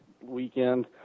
weekend